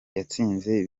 yatsinze